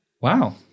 Wow